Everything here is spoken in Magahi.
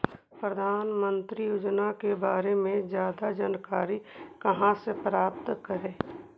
प्रधानमंत्री योजना के बारे में जादा जानकारी कहा से प्राप्त करे?